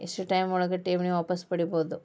ಎಷ್ಟು ಟೈಮ್ ಒಳಗ ಠೇವಣಿ ವಾಪಸ್ ಪಡಿಬಹುದು?